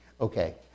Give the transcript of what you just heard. okay